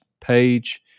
page